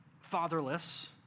fatherless